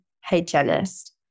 hygienist